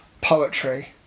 poetry